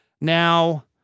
Now